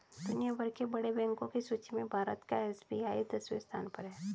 दुनिया भर के बड़े बैंको की सूची में भारत का एस.बी.आई दसवें स्थान पर है